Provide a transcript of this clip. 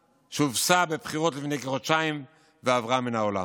שהובסה בבחירות לפני כחודשיים ועברה מן העולם.